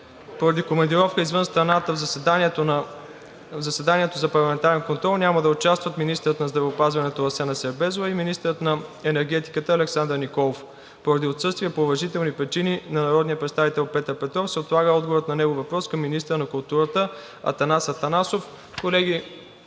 поради командировка извън страната в заседанието за парламентарен контрол няма да участват министърът на здравеопазването Асена Сербезова и министърът на енергетиката Александър Николов. Поради отсъствие по уважителни причини на народния представител Петър Петров се отлага отговорът на негов въпрос към министъра на културата Атанас Атанасов. Колеги,